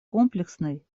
комплексной